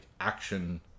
action